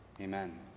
amen